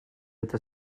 eta